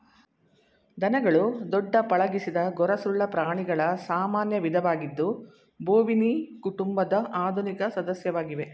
ದನಗಳು ದೊಡ್ಡ ಪಳಗಿಸಿದ ಗೊರಸುಳ್ಳ ಪ್ರಾಣಿಗಳ ಸಾಮಾನ್ಯ ವಿಧವಾಗಿದ್ದು ಬೋವಿನಿ ಉಪಕುಟುಂಬದ ಆಧುನಿಕ ಸದಸ್ಯವಾಗಿವೆ